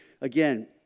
again